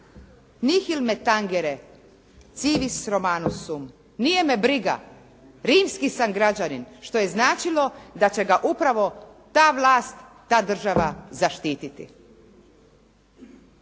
"Nihil me tangere Civis Romanus sum." Nije me briga, rimski sam građanin, što je značilo da će ga upravo ta vlast, ta država zaštititi.